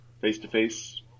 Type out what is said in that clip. face-to-face